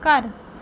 ਘਰ